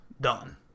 Done